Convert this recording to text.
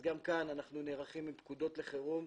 גם כאן אנחנו נערכים עם פקודות לחירום.